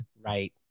right